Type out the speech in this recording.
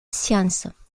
sciences